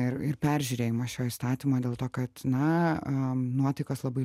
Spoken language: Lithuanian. ir peržiūrėjimą šio įstatymo dėl to kad na a nuotaikos labai